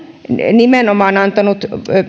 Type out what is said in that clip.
antanut